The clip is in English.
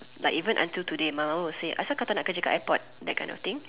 like even until today my mom will say apa pasal kau tak nak kerja dekat airport that kind of thing